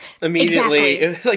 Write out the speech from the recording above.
immediately